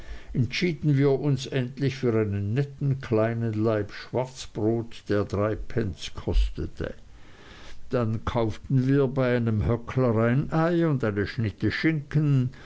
entschieden wir uns endlich für einen netten kleinen laib schwarzbrot der drei pence kostete dann kauften wir bei einem höckler ein ei und eine schnitte schinken